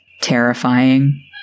terrifying